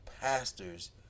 pastors